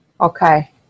Okay